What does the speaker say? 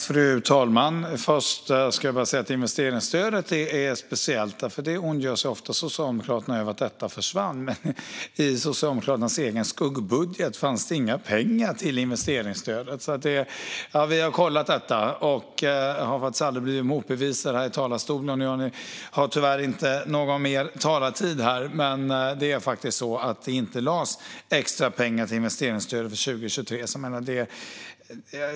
Fru talman! Investeringsstödet är speciellt. Socialdemokraterna ondgör sig ofta över att det försvann, men i Socialdemokraternas egen skuggbudget fanns det inte pengar till investeringsstödet. Vi har kollat detta och har aldrig blivit motbevisade här i talarstolen. Jag har tyvärr inte mer talartid, men det är faktiskt så att det inte lades extra pengar till investeringsstödet för 2023.